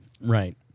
right